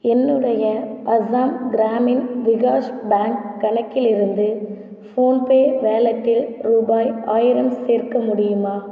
என்னுடைய அசாம் கிராமின் விகாஷ் பேங்க் கணக்கிலிருந்து ஃபோன்பே வாலெட்டில் ரூபாய் ஆயிரம் சேர்க்க முடியுமா